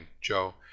Joe